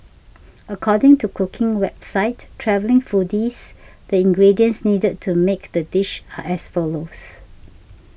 according to cooking website Travelling Foodies the ingredients needed to make the dish are as follows